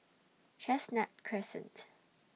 Chestnut Crescent